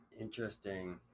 Interesting